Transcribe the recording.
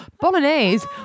Bolognese